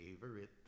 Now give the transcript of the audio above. favorite